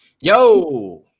Yo